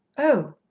oh,